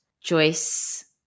Joyce